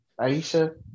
aisha